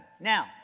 Now